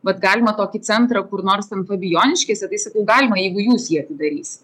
vat galima tokį centrą kur nors ten fabijoniškėse tai sakau galima jeigu jūs jį atidarysit